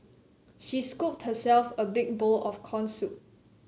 she scooped herself a big bowl of corn soup